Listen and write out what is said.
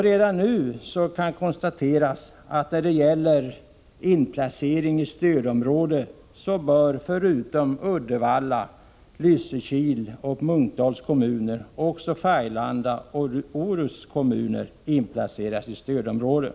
Redan nu kan konstateras i fråga om inplacering i stödområden att, förutom Uddevalla, Lysekils och Munkedals kommuner samt Färgelanda och Orusts kommuner bör inplaceras i stödområden.